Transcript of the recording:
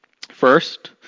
First